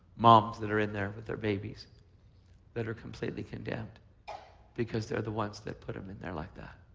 mom's that are in there with their babies that are completely condemned because they're the ones that put them in there like that.